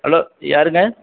hello யாருங்க